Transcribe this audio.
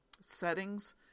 settings